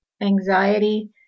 anxiety